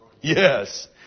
Yes